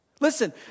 Listen